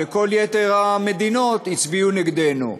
וכל יתר המדינות הצביעו נגדנו,